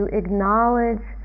acknowledge